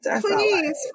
Please